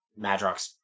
Madrox